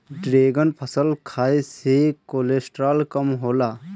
dragon फल खाए से कोलेस्ट्राल कम होला